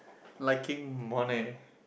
liking money